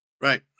Right